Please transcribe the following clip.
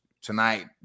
tonight